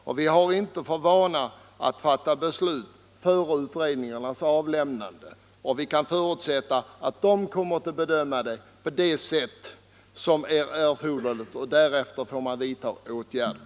Vi har ju inte här i riksdagen för vana att fatta beslut innan en utredning avlämnar sitt betänkande och vi kan väl förutsätta att utredningen kommer att bedöma den här frågan på ett riktigt sätt. Därefter får man vidta erforderliga åtgärder.